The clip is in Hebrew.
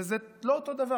וזה לא אותו דבר.